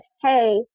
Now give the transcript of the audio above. hey